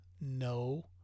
No